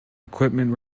equipment